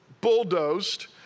bulldozed